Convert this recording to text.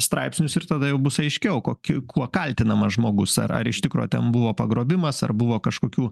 straipsnius ir tada jau bus aiškiau kokiu kuo kaltinamas žmogus ar ar iš tikro ten buvo pagrobimas ar buvo kažkokių